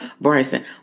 Bryson